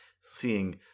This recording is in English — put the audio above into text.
seeing